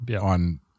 on